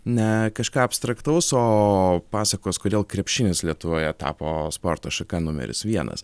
ne kažką abstraktaus o pasakos kodėl krepšinis lietuvoje tapo sporto šaka numeris vienas